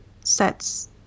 sets